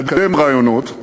לקדם רעיונות.